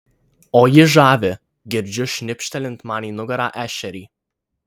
o ji žavi girdžiu šnipštelint man į nugarą ešerį